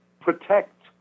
protect